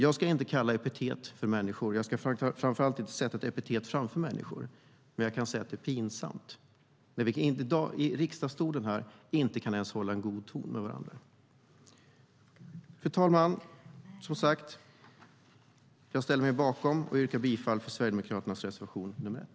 Jag ska inte ge människor epitet och framför allt inte sätta epitet framför dem, men jag kan säga att det är pinsamt att vi inte ens kan hålla en god ton med varandra här i riksdagens talarstol. Fru talman! Jag ställer mig som sagt bakom och yrkar bifall till Sverigedemokraternas reservation 1.